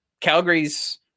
Calgary's